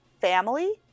family